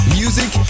music